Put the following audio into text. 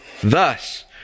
Thus